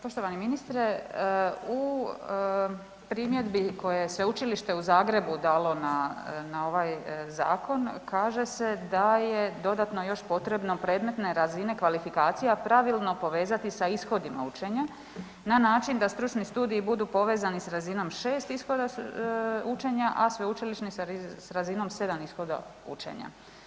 Poštovani ministre, u primjedbi koje je Sveučilište u Zagrebu dalo na ovaj zakon kaže se da je dodatno još potrebno predmetne razine kvalifikacija pravilno povezati sa ishodima učenja na način da stručni studiji budu povezani s razinom 6 ishodima učenja, a sveučilišni s razinom 7 razinom učenja.